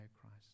Christ